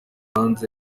hanze